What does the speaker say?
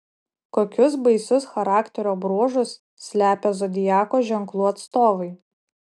kokius baisius charakterio bruožus slepia zodiako ženklų atstovai